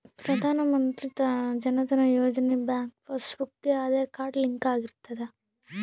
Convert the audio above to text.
ಪ್ರಧಾನ Mantri Jan Dhan Yojana bank passbook ಗೆ Aadhaar card link ಆಗಿರುತ್ತ